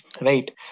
Right